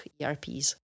ERPs